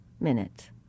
minute